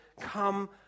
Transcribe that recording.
come